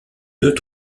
deux